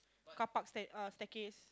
carpark stair err staircase